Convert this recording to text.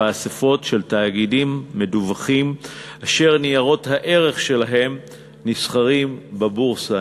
באספות של תאגידים מדווחים אשר ניירות הערך שלהם נסחרים בבורסה.